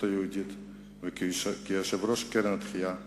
היהודית וכיושב-ראש קרן "התחייה",